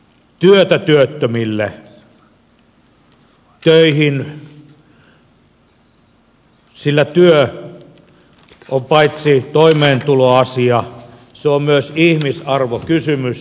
työtä työttömille töihin sillä työ on paitsi toimeentuloasia myös ihmisarvokysymys